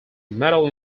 metal